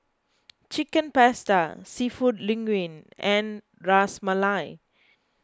Chicken Pasta Seafood Linguine and Ras Malai